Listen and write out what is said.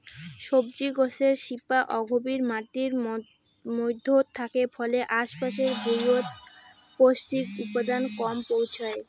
সবজি গছের শিপা অগভীর মাটির মইধ্যত থাকে ফলে আশ পাশের ভুঁইয়ত পৌষ্টিক উপাদান কম পৌঁছায়